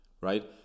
right